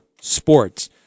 sports